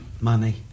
money